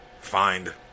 find